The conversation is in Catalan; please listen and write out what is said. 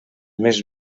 més